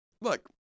look